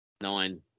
nine